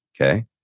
okay